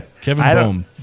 Kevin